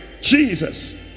Jesus